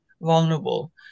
vulnerable